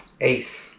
Ace